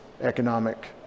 economic